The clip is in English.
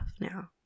now